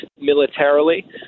militarily